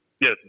Yes